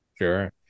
Sure